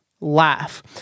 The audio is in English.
laugh